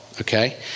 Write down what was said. okay